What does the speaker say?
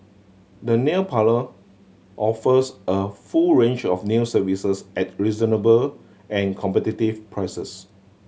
the nail parlour offers a full range of nail services at reasonable and competitive prices